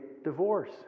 divorce